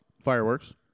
fireworks